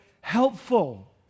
helpful